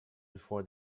before